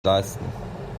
leisten